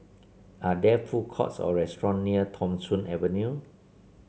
are there food courts or restaurant near Tham Soong Avenue